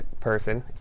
person